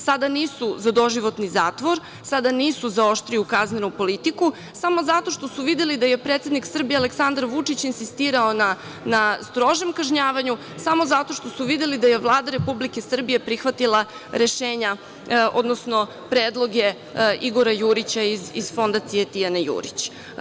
Sada nisu za doživotni zatvor, sada nisu za oštriju kaznenu politiku, samo zato što su videli da je predsednik Srbije Aleksandar Vučić insistirao na strožem kažnjavanju, samo zato što su videli da je Vlada Republike Srbije prihvatila rešenja, odnosno predloge Igora Jurića iz Fondacije "Tijana Jurić"